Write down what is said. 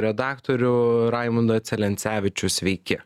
redaktorių raimundą celencevičių sveiki